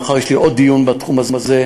מחר יש לי עוד דיון בתחום הזה,